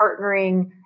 partnering